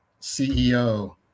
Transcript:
CEO